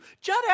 Judd